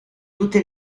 tutte